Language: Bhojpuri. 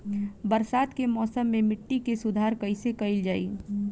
बरसात के मौसम में मिट्टी के सुधार कइसे कइल जाई?